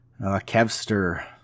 Kevster